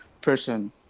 person